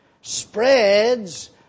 spreads